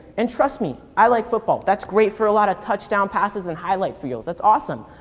and trust me, i like football. that's great for a lot of touchdown passes and highlight fields. that's awesome.